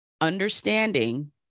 understanding